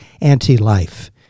anti-life